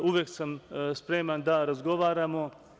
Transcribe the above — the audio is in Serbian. Uvek sam spreman da razgovaramo.